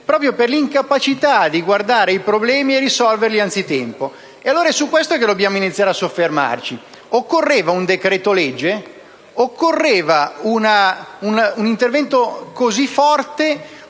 proprio per l'incapacità di guardare i problemi e risolverli anzitempo. È su questo aspetto che dobbiamo iniziare a soffermarci. Occorreva un decreto-legge? Occorreva un intervento così forte,